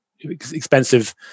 expensive